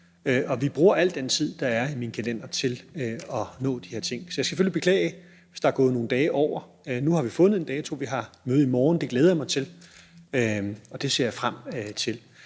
Og vi bruger al den tid, der er i min kalender, til at nå de her ting. Så jeg skal selvfølgelig beklage, hvis der er gået nogle dage over tiden. Nu har vi fundet en dato, og vi har et møde i morgen – og det glæder jeg mig til, og det ser jeg frem til.